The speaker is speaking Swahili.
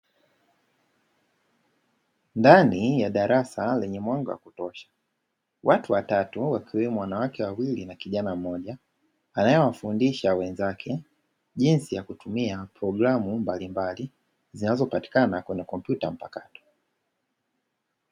Ndani ya darasa lenye mwanga wa kutosha, watu watatu wakiwemo wanawake wawili na kijana mmoja anaye wafundisha wenzake jinsi ya kutumia programu mbalimbali zinazo patikana kwenye kompyuta mpakato.